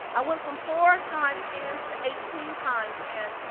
i went from four times in to eighteen times and